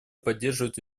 поддерживает